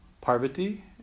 Parvati